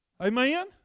Amen